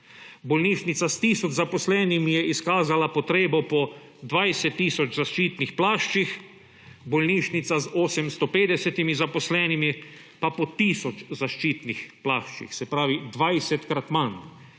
Bolnišnica s tisoč zaposlenimi je izkazala potrebo po 20 tisoč zaščitnih plaščih, bolnišnica z 850 zaposlenimi pa po tisoč zaščitnih plaščih, se pravi 20-krat manj